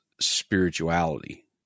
spirituality